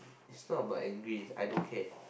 it's not about angry is I don't care